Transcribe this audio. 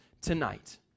tonight